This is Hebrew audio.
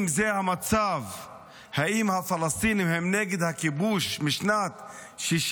אם זה המצב, האם הפלסטינים הם נגד הכיבוש משנת 67'